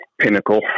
pinnacle